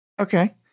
Okay